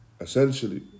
essentially